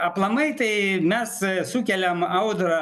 aplamai tai mes sukeliam audrą